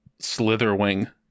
slitherwing